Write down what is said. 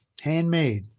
handmade